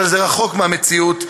אבל זה רחוק מהמציאות,